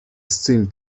scene